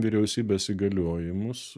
vyriausybės įgaliojimus